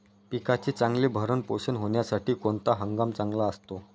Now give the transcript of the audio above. पिकाचे चांगले भरण पोषण होण्यासाठी कोणता हंगाम चांगला असतो?